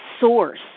source